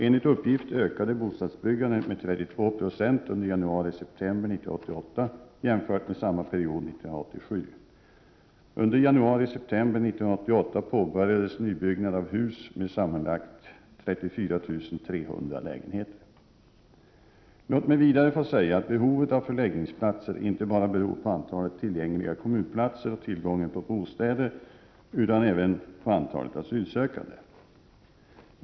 Enligt uppgift ökade bostadsbyggandet med 32 26 under januari—-september 1988, jämfört med samma period 1987. Under januari-september 1988 påbörjades nybyggnad av hus med sammanlagt 34 300 lägenheter. Låt mig vidare få säga att behovet av förläggningsplatser inte bara beror på antalet tillgängliga kommunplatser och tillgången på bostäder utan även på antalet asylsökande.